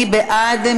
מי בעד?